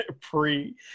pre